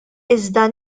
iżda